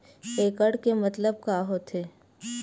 एकड़ के मतलब का होथे?